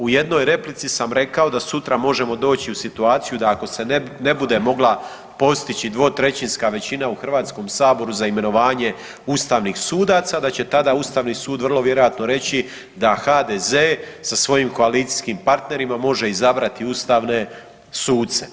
U jednoj replici sam rekao da sutra možemo doći u situaciju da ako se ne bude mogla postići dvotrećinska većina u HS-u za imenovanje ustavnih sudaca da će tada Ustavni sud vrlo vjerojatno reći da HDZ sa svojim koalicijskim partnerima može izabrati ustavne suce.